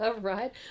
Right